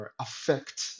affect